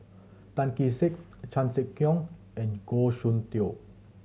Tan Kee Sek Chan Sek Keong and Goh Soon Tioe